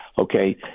Okay